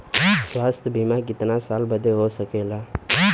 स्वास्थ्य बीमा कितना साल बदे हो सकेला?